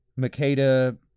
Makeda